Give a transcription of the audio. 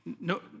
no